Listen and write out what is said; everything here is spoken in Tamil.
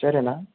சரி அண்ணா